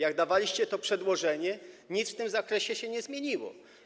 Kiedy dawaliście to przedłożenie, nic w tym zakresie się nie zmieniło.